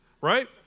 right